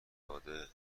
داده